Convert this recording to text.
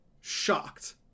shocked